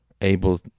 able